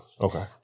Okay